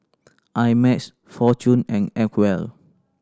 I Max Fortune and Acwell